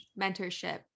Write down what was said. mentorship